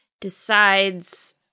decides